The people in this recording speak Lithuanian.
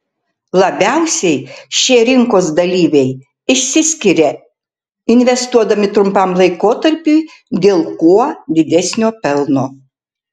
labiausiai šie rinkos dalyviai išsiskiria investuodami trumpam laikotarpiui dėl kuo didesnio pelno